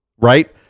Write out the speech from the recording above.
Right